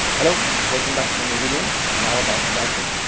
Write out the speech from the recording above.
hello! welcome back to a new video. now about lighting.